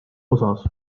osas